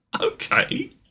Okay